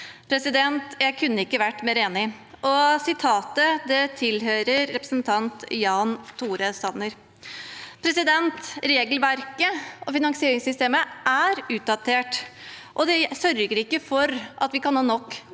Jeg kunne ikke vært mer enig. Sitatet tilhører representanten Jan Tore Sanner. Regelverket og finansieringssystemet er utdatert, og det sørger ikke for at vi kan ha nok